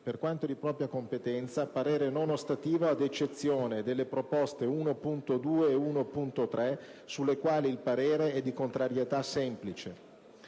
per quanto di propria competenza, parere non ostativo ad eccezione delle proposte 1.2 e 1.3, sulle quali il parere è di contrarietà semplice».